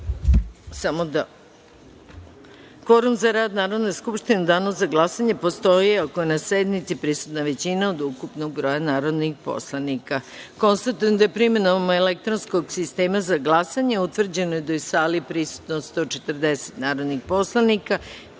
kvorum za rad Narodne skupštine u danu za glasanje postoji ako je na sednici prisutna većina od ukupnog broja narodnih poslanika. Konstatujem da je primenom elektronskog sistema za glasanje utvrđeno da je u sali prisutno 140 narodnih poslanika,